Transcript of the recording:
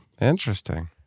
Interesting